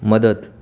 मदत